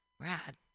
rad